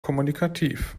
kommunikativ